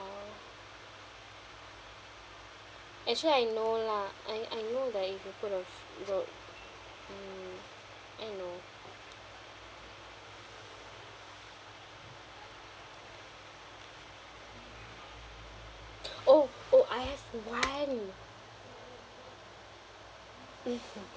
actually I know lah I I know that I we could have vote mm I know oh oh I has the one mmhmm